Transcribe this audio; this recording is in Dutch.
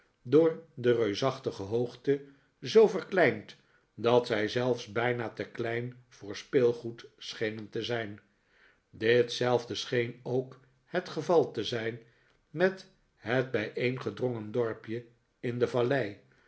door de reusachtige hoogte zoo verkleind dat zij zelfs bijna te klein voor speelgoed schenen te zijn ditzelfde scheen ook het geval te zijn met het bijeengedrongen dorpje in de vallei